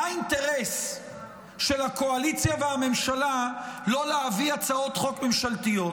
מה האינטרס של הקואליציה והממשלה לא להביא הצעות חוק ממשלתיות?